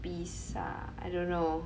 pizza I don't know